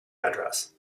address